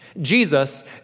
Jesus